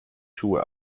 schuhe